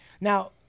Now